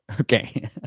okay